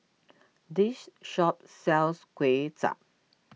this shop sells Kway Chap